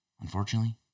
unfortunately